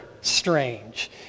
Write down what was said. Strange